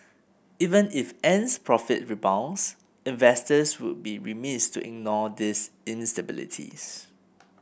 even if Ant's profit rebounds investors would be remiss to ignore these instabilities